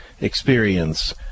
experience